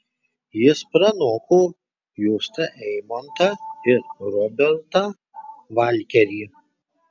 jis pranoko justą eimontą ir robertą valkerį